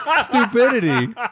stupidity